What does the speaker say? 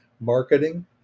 marketing